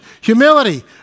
humility